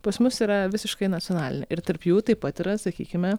pas mus yra visiškai nacionalinė ir tarp jų taip pat yra sakykime